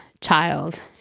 child